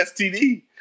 STD